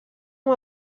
amb